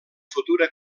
futura